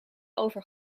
over